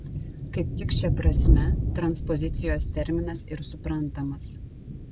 kaip tik šia prasme transpozicijos terminas ir suprantamas